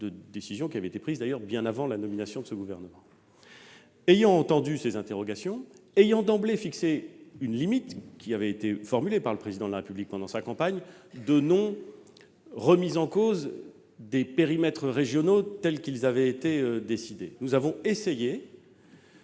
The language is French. de décisions ayant d'ailleurs été prises bien avant la nomination de ce gouvernement. Ayant entendu ces interrogations, ayant d'emblée fixé une limite, formulée par le Président de la République durant la campagne présidentielle, de non-remise en cause des périmètres régionaux tels qu'ils avaient été décidés, nous avons essayé